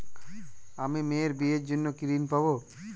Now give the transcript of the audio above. আমি মেয়ের বিয়ের জন্য কি ঋণ পাবো?